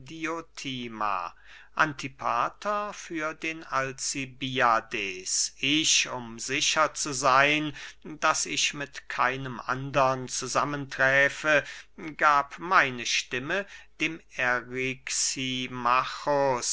antipater für den alcibiades ich um sicher zu seyn daß ich mit keinem andern zusammenträfe gab meine stimme dem